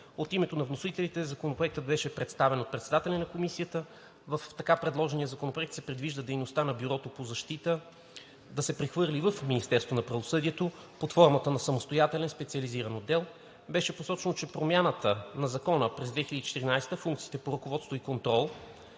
От името на вносителите Законопроектът беше представен от председателя на Комисията. В така предложения законопроект се предвижда дейността на Бюрото по защита да се прехвърли в Министерството на правосъдието под формата на самостоятелен специализиран отдел. Беше посочено, че промяната на Закона през 2014 г., функциите по ръководство и контрол